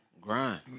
grind